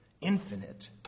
infinite